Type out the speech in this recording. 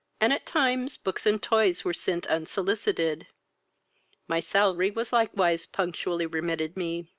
and at times books and toys were sent unsolicited my salary was likewise punctually remitted me.